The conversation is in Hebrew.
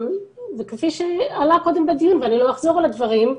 כפי שעלה קודם בדיון, ולא אחזור על הדברים,